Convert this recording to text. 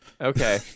okay